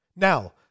Now